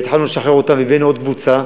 והתחלנו לשחרר אותם והבאנו עוד קבוצה.